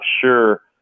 sure